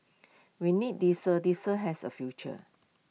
we need diesel diesel has A future